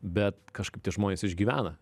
bet kažkaip tie žmonės išgyvena